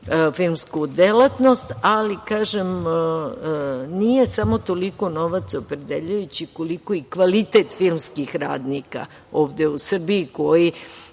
filmsku delatnost. Kažem, nije samo toliko novac opredeljujući, koliko i kvalitet filmskih radnika ovde u Srbiji od